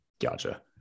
Gotcha